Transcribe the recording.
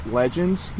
legends